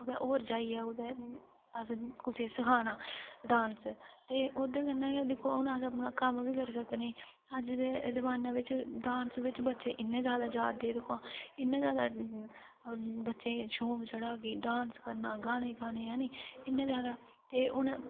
कुतै होर जाइयै कुतै अस कुसै ई सखाना डांस ते ओह्दे कन्नै गै दिक्खो हून अपना कम्म बी करी सकने अज्ज दे जमाने बिच्च डांस बिच्च बच्चे इन्नै जैदा जा दे दिक्खो हां इन्ना जैदा बच्चें गी शौंक चढ़ा कि डांस करना गाने गाने ऐनी इन्ना जैदा ते हून